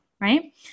right